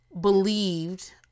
believed